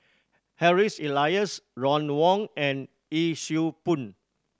Harry's Elias Ron Wong and Yee Siew Pun